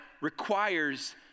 requires